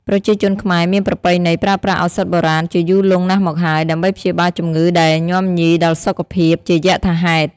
ប្រជាជនខ្មែរមានប្រពៃណីប្រើប្រាស់ឱសថបុរាណជាយូរលង់ណាស់មកហើយ ដើម្បីព្យាបាលជំងឺដែលញាំញីដល់សុខភាពជាយថាហេតុ។